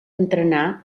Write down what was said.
entrenar